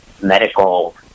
medical